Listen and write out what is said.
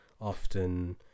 often